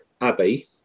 abbey